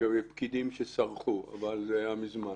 לגבי פקידים שסרחו, אבל זה היה מזמן.